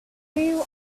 you